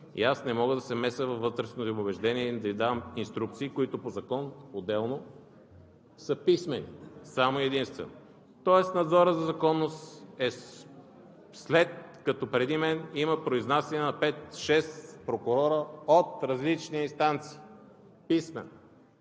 и не мога да се меся във вътрешните им убеждения и да им давам инструкции, които по закон, отделно, са писмени – само и единствено. Тоест надзорът за законност, след като преди мен има произнасяне на пет-шест прокурори от различни инстанции, е писмен